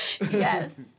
Yes